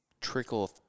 trickle